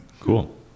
cool